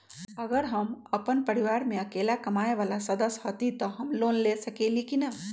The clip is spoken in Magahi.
अगर हम अपन परिवार में अकेला कमाये वाला सदस्य हती त हम लोन ले सकेली की न?